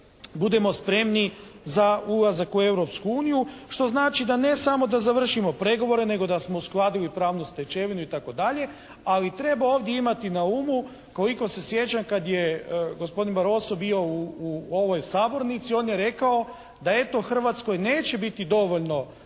budemo spremni za ulazak u Europsku uniju što znači da ne samo da završimo pregovore nego da smo uskladili pravnu stečevinu i tako dalje. Ali treba ovdje imati na umu koliko se sjećam kad je gospodin Baroso bio u ovoj sabornici on je rekao da eto Hrvatskoj neće biti dovoljno